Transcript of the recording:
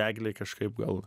eglei kažkaip gal